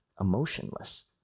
emotionless